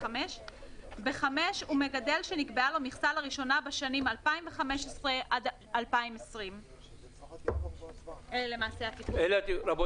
ב (5) "הוא מקבל שנקבעה לו מכסה לראשונה בשנים 2015 עד 2020". רבותיי,